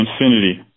infinity